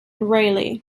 raleigh